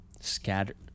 Scattered